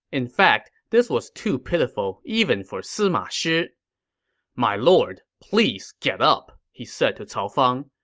in fact, this was too pitiful even for sima shi my lord, please get up, he said to cao fang.